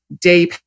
day